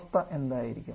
അവസ്ഥ എന്തായിരിക്കും